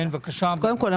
קודם כל,